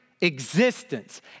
existence